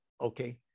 okay